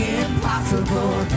impossible